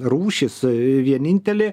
rūšis vienintelė